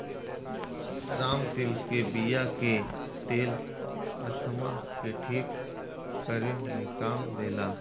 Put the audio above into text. रामतिल के बिया के तेल अस्थमा के ठीक करे में काम देला